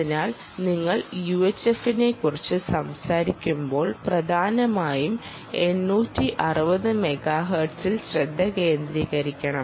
അതിനാൽ നിങ്ങൾ യുഎച്ച്എഫിനെക്കുറിച്ച് സംസാരിക്കുമ്പോൾ പ്രധാനമായും 860 മെഗാഹെർട്സിൽ ശ്രദ്ധ കേന്ദ്രീകരിക്കണം